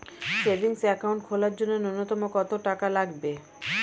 Savings account খোলার জন্য নূন্যতম কত টাকা লাগবে?